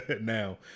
now